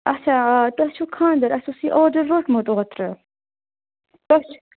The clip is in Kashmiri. اچھا آ تۄہہِ چھُو خانٛدَر اَسہِ اوس یہِ آرڈر روٚٹمُت اوترٕ تۄہہِ